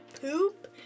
poop